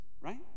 right